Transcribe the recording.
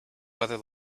weather